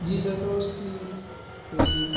جی sir تو اس کی کوئی